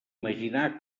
imaginar